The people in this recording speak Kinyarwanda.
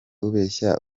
ubeshya